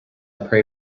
pray